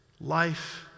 life